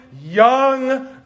young